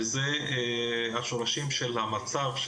וזה השורשים של המצב.